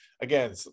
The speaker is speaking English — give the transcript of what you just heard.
again